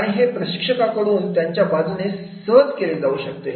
आणि हे प्रशिक्षकांकडून त्यांच्या बाजूने सहज केले जाऊ शकते